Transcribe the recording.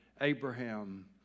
Abraham